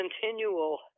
continual